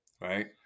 right